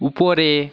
উপরে